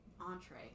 entree